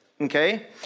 okay